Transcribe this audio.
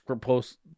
post